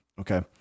Okay